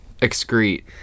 excrete